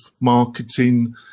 marketing